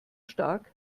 stark